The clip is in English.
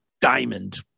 diamond